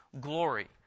glory